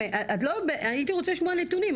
הייתי רוצה לשמוע נתונים,